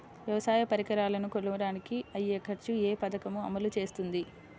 వ్యవసాయ పరికరాలను కొనడానికి అయ్యే ఖర్చు ఏ పదకము అమలు చేస్తుంది?